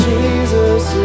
Jesus